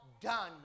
done